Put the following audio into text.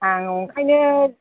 आं बेनिखायनो